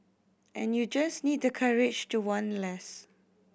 and you just need the courage to want less